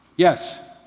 yes.